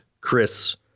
Chris